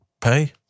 pay